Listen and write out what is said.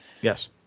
Yes